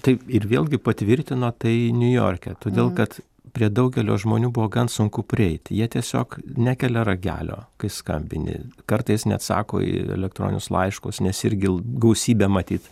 taip ir vėlgi patvirtino tai niujorke todėl kad prie daugelio žmonių buvo gan sunku prieiti jie tiesiog nekelia ragelio kai skambini kartais neatsako į elektroninius laiškus nes irgi l gausybę matyt